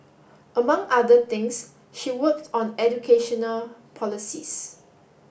among other things she worked on educational policies